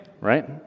right